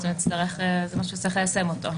בעצם זה משהו שהוא יצטרך ליישם אותו,